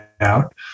out